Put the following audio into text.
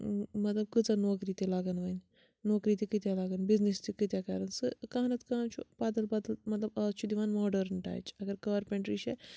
مطلب کۭژاہ نوکری تہِ لَگَن وۄنۍ نوکری تہِ کۭتیٛاہ لَگَن بِزنِس تہِ کۭتیٛاہ کَرَن سُہ کانٛہہ نَتہٕ کانٛہہ چھُ بَدَل بدل مطلب آز چھُ دِوان ماڈٲرٕن ٹَچ اگر کارپٮ۪نٛٹِرٛی چھےٚ